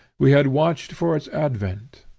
we had watched for its advent.